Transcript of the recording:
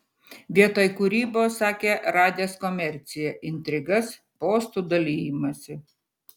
vietoj kūrybos sakė radęs komerciją intrigas postų dalijimąsi